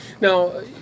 Now